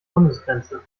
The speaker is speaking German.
bundesgrenze